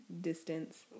distance